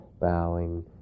bowing